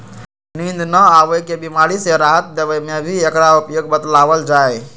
नींद न आवे के बीमारी से राहत देवे में भी एकरा उपयोग बतलावल जाहई